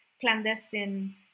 clandestine